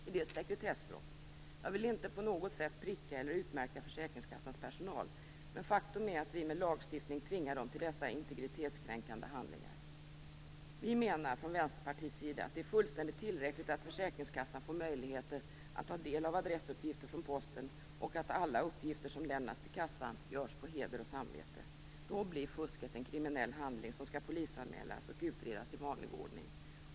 Är det sekretessbrott? Jag vill inte på något sätt pricka eller utmärka försäkringskassans personal. Men faktum är att vi med lagstiftning tvingar dem till dessa integritetskränkande handlingar. Vi menar från Vänsterpartiets sida att det är fullständigt tillräckligt att försäkringskassan får möjlighet att ta del av adressuppgifter från posten och att alla uppgifter som lämnas till kassan görs på heder och samvete. Då blir fusket en kriminell handling som skall polisanmälas och utredas i vanlig ordning.